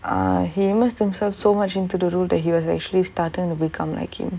ah he immersed himself so much into the role that he was actually starting to become like him